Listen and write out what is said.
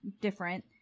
different